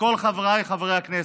לכל חבריי חברי הכנסת: